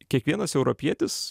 kiekvienas europietis